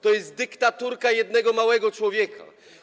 To jest dyktaturka jednego małego człowieka.